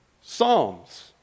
Psalms